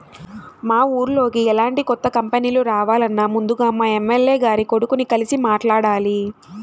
మా ఊర్లోకి ఎలాంటి కొత్త కంపెనీలు రావాలన్నా ముందుగా మా ఎమ్మెల్యే గారి కొడుకుని కలిసి మాట్లాడాలి